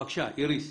בבקשה, איריס.